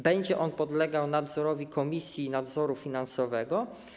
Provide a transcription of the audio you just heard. Będzie on podlegał nadzorowi Komisji Nadzoru Finansowego.